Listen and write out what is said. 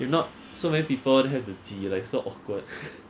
if not so many people then have to 挤 like so awkward